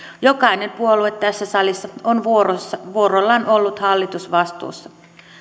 jokainen puolue tässä salissa on vuorollaan vuorollaan ollut hallitusvastuussa